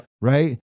Right